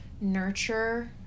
nurture